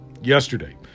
yesterday